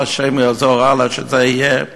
השם יעזור שזה יהיה הלאה.